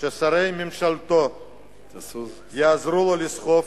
ששרי ממשלתו יעזרו לסחוב